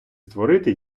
створити